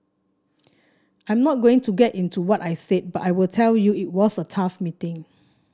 I'm not going to get into what I said but I will tell you it was a tough meeting